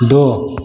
दो